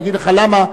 אני אגיד לך למה,